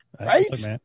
Right